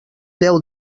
deu